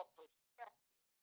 perspective